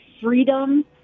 freedom